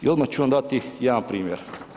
I odmah ću vam dati jedan primjer.